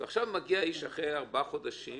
מגיע האדם אחרי ארבעה חודשים